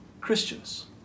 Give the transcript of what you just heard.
Christians